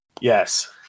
Yes